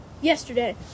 yesterday